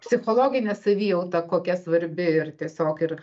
psichologinė savijauta kokia svarbi ir tiesiog ir